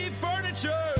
furniture